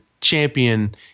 champion